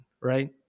Right